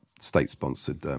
state-sponsored